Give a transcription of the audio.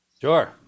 Sure